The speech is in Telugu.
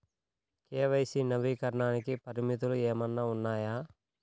కే.వై.సి నవీకరణకి పరిమితులు ఏమన్నా ఉన్నాయా?